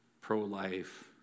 pro-life